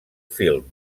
film